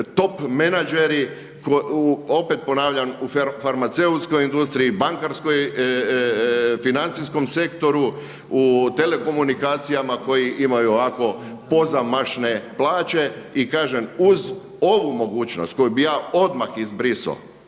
top menadžeri opet ponavljam u farmaceutskoj industriji, bankarskoj, financijskom sektoru, u telekomunikacijama koji imaju ovako pozamašne plaće. I kažem uz ovu mogućnost koju bih ja odmah izbrisao